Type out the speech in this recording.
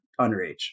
underage